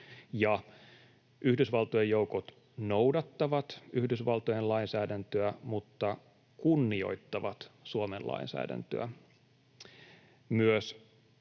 Yhdysvaltojen joukot noudattavat Yhdysvaltojen lainsäädäntöä mutta kunnioittavat Suomen lainsäädäntöä.